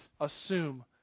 assume